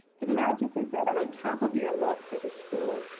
the magic is that on top of your love for the school,